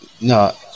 No